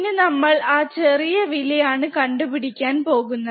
ഇനി നമ്മൾ ആ ചെറിയ വില ആണ് കണ്ടുപിടിക്കാൻ പോകുന്നത്